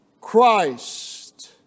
Christ